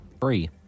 Free